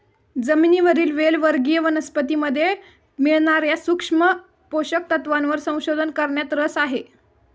जमिनीवरील वेल वर्गीय वनस्पतीमध्ये मिळणार्या सूक्ष्म पोषक तत्वांवर संशोधन करण्यात रस आहे